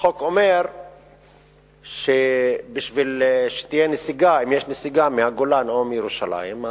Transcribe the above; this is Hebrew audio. החוק אומר שכדי שתהיה נסיגה מהגולן או מירושלים,